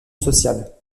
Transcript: sociale